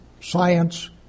science